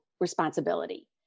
responsibility